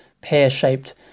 pear-shaped